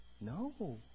No